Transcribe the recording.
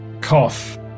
cough